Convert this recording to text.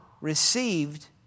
received